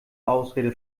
ausrede